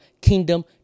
kingdom